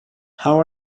how